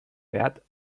beat